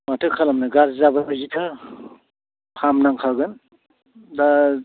माथो खालामनो गाज्रि जाबा बिदिनो फाहामनांखागोन दा